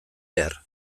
behar